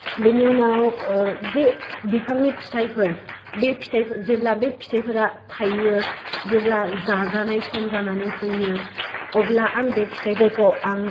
बेनि उनाव जे बिफांनि फिथाइफोर बे फिथाइफोर जेब्ला बे फिथायफोरा थायो जेब्ला जाजानाय सम जानानै फैयो अब्ला आं बे फिथाइफोरखौ आं